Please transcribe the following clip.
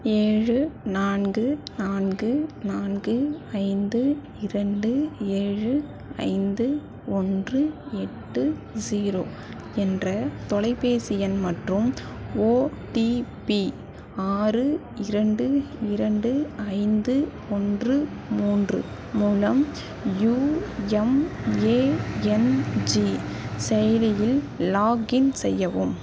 ஏழு நான்கு நான்கு நான்கு ஐந்து இரண்டு ஏழு ஐந்து ஒன்று எட்டு ஜீரோ என்ற தொலைபேசி எண் மற்றும் ஓடிபி ஆறு இரண்டு இரண்டு ஐந்து ஒன்று மூன்று மூலம் யூஎம்ஏஎன்ஜி செயலியில் லாகின் செய்யவும்